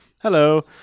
Hello